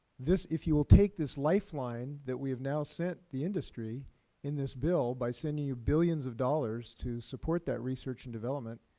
if you will take this lifeline that we have now sent the industry in this bill by sending you billions of dollars to support that research and development,